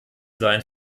sein